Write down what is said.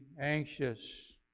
anxious